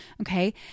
Okay